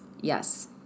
yes